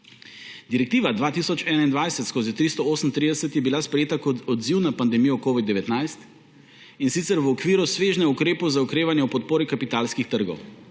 Direktiva 2021/338 je bila sprejeta kot odziv na pandemijo covid-19, in sicer v okviru svežnja ukrepov za okrevanje ob podpori kapitalskih trgov.